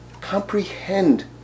comprehend